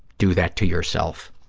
do that to yourself.